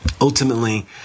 Ultimately